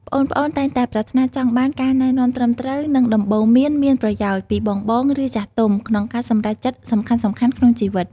ប្អូនៗតែងតែប្រាថ្នាចង់បាន ការណែនាំត្រឹមត្រូវ និងដំបូន្មានមានប្រយោជន៍ ពីបងៗ ឬចាស់ទុំ ក្នុងការសម្រេចចិត្តសំខាន់ៗក្នុងជីវិត។